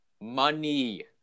money